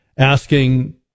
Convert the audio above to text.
Asking